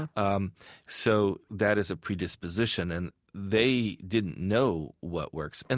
um so that is a predisposition and they didn't know what works. and